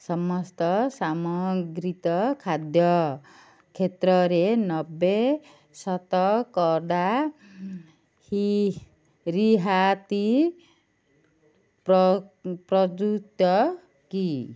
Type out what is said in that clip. ସମସ୍ତ ସାମୁଦ୍ରିକ ଖାଦ୍ୟ କ୍ଷେତ୍ରରେ ନବେ ଶତକଡ଼ା ରିହାତି ପ୍ରଯୁଜ୍ୟ କି